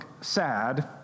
sad